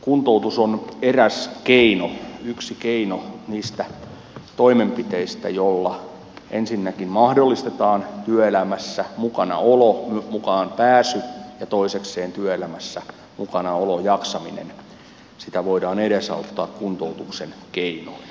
kuntoutus on eräs keino yksi keino niistä toimenpiteistä joilla ensinnäkin mahdollistetaan työelämään mukaan pääsy ja toisekseen työelämässä mukanaoloa jaksamista voidaan edesauttaa kuntoutuksen keinoin